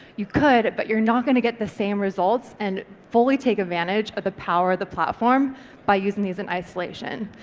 you could but you're not going to get the same results and fully take advantage of the power of the platform by using these in isolation.